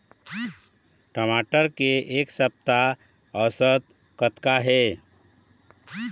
टमाटर के एक सप्ता औसत कतका हे?